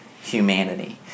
humanity